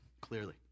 Clearly